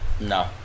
No